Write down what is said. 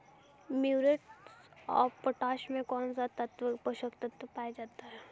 Muriate of potash में कौन सा पोषक तत्व पाया जाता है?